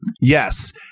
Yes